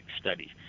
studies